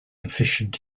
efficient